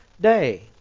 day